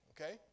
Okay